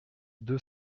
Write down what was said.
deux